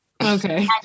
Okay